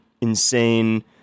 insane